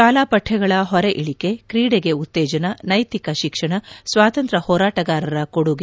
ಶಾಲಾ ಪಕ್ಕಗಳ ಹೊರೆ ಇಳಿಕೆ ಕ್ರೀಡೆಗೆ ಉತ್ತೇಜನ ನೈತಿಕ ಶಿಕ್ಷಣ ಸ್ವಾತಂತ್ರ ಹೋರಾಟಗಾರರ ಕೊಡುಗೆ